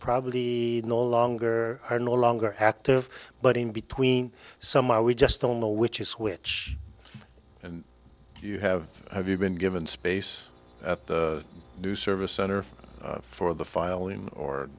probably no longer are no longer active but in between some are we just don't know which is which and you have have you been given space at the new service center for the filing or